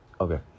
Okay